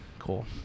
cool